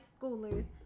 schoolers